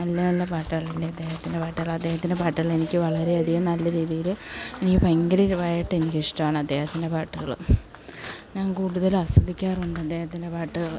നല്ല നല്ല പാട്ടുകളുണ്ട് അദ്ദേഹത്തിൻ്റെ പാട്ടുകൾ അദ്ദേഹത്തിൻ്റെ പാട്ടുകൾ എനിക്ക് വളരെയധികം നല്ല രീതിയിൽ എനിക്ക് ഭയങ്കരമായിട്ട് എനിക്ക് ഇഷ്ടമാണ് അദ്ദേഹത്തിൻ്റെ പാട്ടുകൾ ഞാൻ കൂടുതൽ ആസ്വദിക്കാറുണ്ട് അദ്ദേഹത്തിൻ്റെ പാട്ടുകൾ